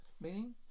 meaning